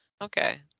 okay